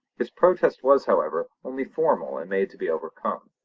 his protest was, however, only formal and made to be overcome.